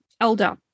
elder